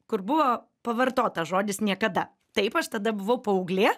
kur buvo pavartotas žodis niekada taip aš tada buvau paauglė